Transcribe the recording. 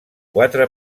quatre